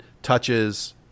touches